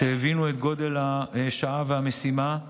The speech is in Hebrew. שהבינו את גודל השעה והמשימה,